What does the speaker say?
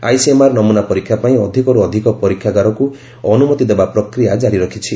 ICMR ନମୁନା ପରୀକ୍ଷା ପାଇଁ ଅଧିକରୁ ଅଧିକ ପରୀକ୍ଷାଗାରକୁ ଅନୁମତି ଦେବା ପ୍ରକ୍ରିୟା ଜାରି ରଖିଛି